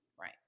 right